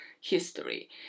history